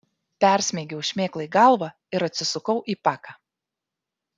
persmeigiau šmėklai galvą ir atsisukau į paką